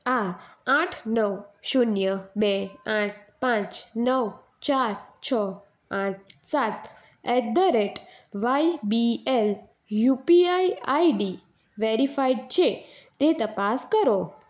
આ આઠ નવ શૂન્ય બે આઠ પાંચ નવ ચાર છ આઠ સાત at the rate Y B L UPI ID verified છે તે તપાસ કરો